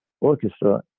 orchestra